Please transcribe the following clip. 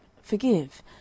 forgive